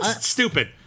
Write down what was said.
stupid